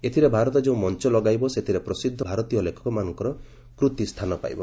ଏଥିରେ ଭାରତ ଯେଉଁ ମଞ୍ଚ ଲଗାଇବ ସେଥିରେ ପ୍ରସିଦ୍ଧ ଭାରତୀୟ ଲେଖକମାନଙ୍କର କୂତି ସ୍ଥାନ ପାଇବ